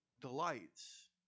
delights